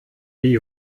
wie